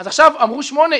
אז אמרו שמונה,